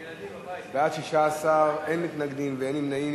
בעד, 16, אין מתנגדים ואין נמנעים.